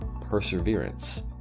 perseverance